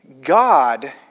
God